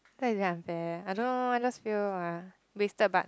life is very unfair I don't know I just feel ah wasted but